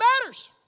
matters